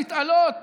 להתעלות